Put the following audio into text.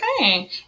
Okay